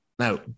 Now